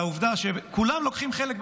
לעובדה שכולם לוקחים חלק במלחמה.